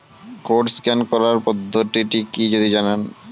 Code scan করার পদ্ধতিটি কি যদি জানান?